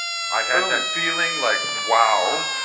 i had that feeling like, wow.